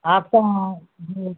आपका